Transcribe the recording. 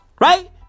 right